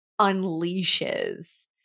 unleashes